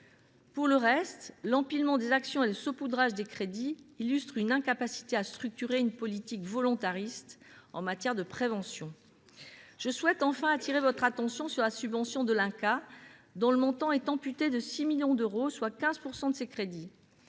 Pour le reste, l’empilement des actions et le saupoudrage des crédits illustrent une incapacité à structurer une politique volontariste en matière de prévention. Mes chers collègues, je souhaite enfin attirer votre attention sur la subvention de l’INCa, dont le montant est amputé de 6 millions d’euros, soit 15 % de ses crédits.